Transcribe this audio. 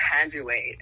graduate